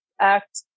act